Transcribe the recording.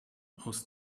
aus